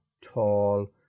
tall